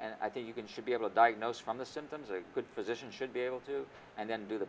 and i think you can should be able to diagnose from the symptoms of a good physician should be able to and then do the